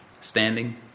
standing